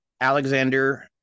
Alexander